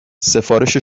سفارش